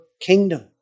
kingdom